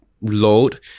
Load